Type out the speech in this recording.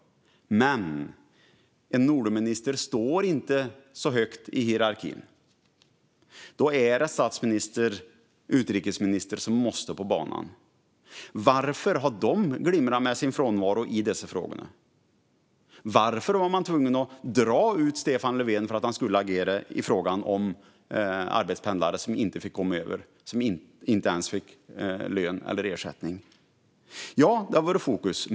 Men en Nordenminister står inte så högt i hierarkin. Det är statsministern och utrikesministern som måste in på banan. Varför har de glittrat med sin frånvaro i dessa frågor? Varför var man tvungen att dra ut Stefan Löfven för att han skulle agera i frågan om arbetspendlare som inte fick komma över gränsen, som inte ens fick lön eller ersättning? Ja, det har varit fokus.